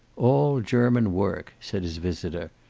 all german work, said his visitor.